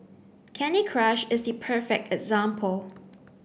Candy Crush is the perfect example